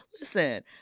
Listen